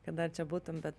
kad dar čia būtum bet